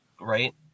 Right